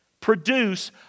produce